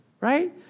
Right